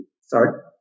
sorry